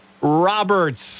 Roberts